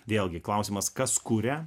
vėlgi klausimas kas kuria